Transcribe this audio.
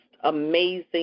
amazing